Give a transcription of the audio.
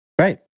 Right